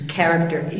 character